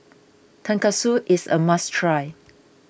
Tonkatsu is a must try